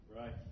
right